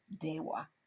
dewa